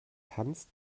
tanzt